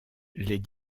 les